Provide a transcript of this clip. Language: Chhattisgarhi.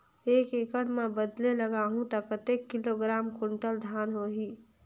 एक एकड़ मां बदले लगाहु ता कतेक किलोग्राम कुंटल धान होही?